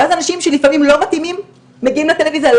ואז אנשים שלפעמים לא מתאימים מגיעים לטלויזיה.